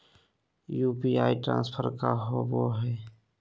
UPI transfer का होव हई?